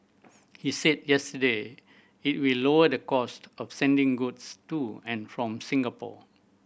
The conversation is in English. he said yesterday it will lower the cost of sending goods to and from Singapore